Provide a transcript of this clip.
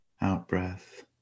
out-breath